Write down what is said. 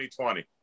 2020